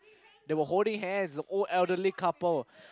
they were holding hands the old elderly couple